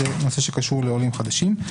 זה נושא שקשור לעולים חדשים.